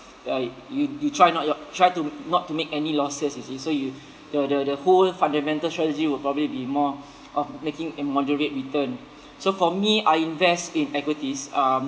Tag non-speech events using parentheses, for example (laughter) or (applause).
uh you you try not yo~ try to not to make any losses you see so you the the the whole fundamental strategy will probably be more (breath) of making a moderate return so for me I invest in equities um